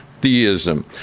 theism